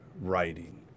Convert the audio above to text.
writing